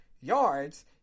yards